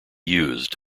used